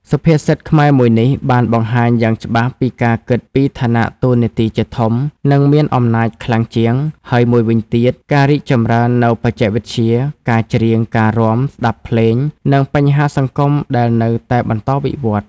សុភាសិតខ្មែរមួយនេះ បានបង្ហាញយ៉ាងច្បាស់ពីការគិតពីឋានៈតួនាទីជាធំ និងមានអំណាចខ្លាំងជាង ហើយមួយវិញទៀត ការរីកចម្រើននូវបច្ចេកវិទ្យា ការច្រៀង ការរាំ ស្ដាប់ភ្លេង និងបញ្ហាសង្គមដែលនៅតែបន្តវិវត្តន៍។